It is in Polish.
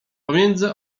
pomiędzy